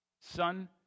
Son